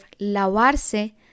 lavarse